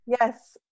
yes